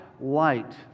light